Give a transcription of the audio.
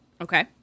Okay